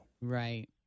Right